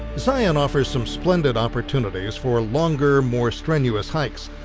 zion offers some splendid opportunities for longer, more strenuous hikes,